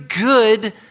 good